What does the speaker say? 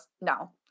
no